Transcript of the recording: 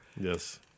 Yes